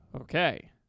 Okay